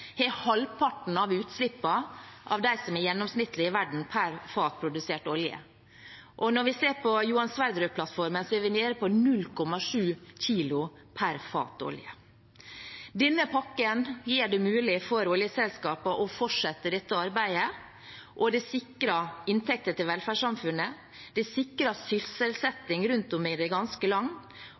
har halvparten av utslippene av det som er gjennomsnittet i verden per fat produsert olje. Når vi ser på Johan Sverdrup-plattformen, er vi nede på 0,7 kilo per fat olje. Denne pakken gjør det mulig for oljeselskapene å fortsette dette arbeidet, og det sikrer inntekter til velferdssamfunnet. Det sikrer sysselsetting rundt om i det ganske